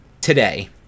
today